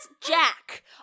Jack